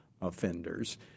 offenders